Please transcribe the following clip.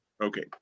Okay